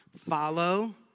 follow